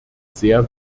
sehr